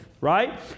right